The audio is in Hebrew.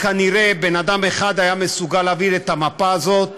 כנראה רק בן אדם אחד היה מסוגל להעביר את המפה הזאת,